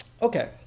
Okay